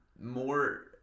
more